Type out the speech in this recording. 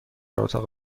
اتاق